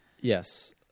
Yes